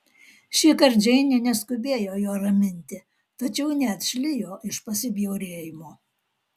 šįkart džeinė neskubėjo jo raminti tačiau neatšlijo iš pasibjaurėjimo